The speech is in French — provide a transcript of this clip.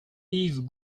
yves